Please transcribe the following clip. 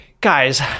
Guys